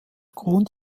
grund